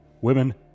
Women